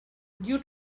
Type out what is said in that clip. due